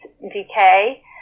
Decay